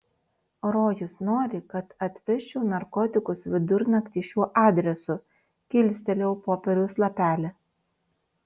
rojus nori kad atvežčiau narkotikus vidurnaktį šiuo adresu kilstelėjau popieriaus lapelį